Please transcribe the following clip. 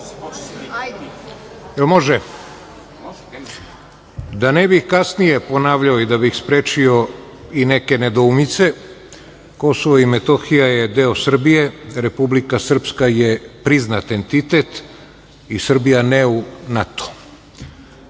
Da ne bih kasnije ponavljao i da bih sprečio i neke nedoumice, Kosovo i Metohija je deo Srbije, Republika Srpska je priznat entitet i Srbija ne u